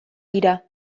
dira